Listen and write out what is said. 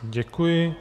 Děkuji.